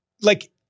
like-